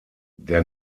der